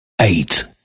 eight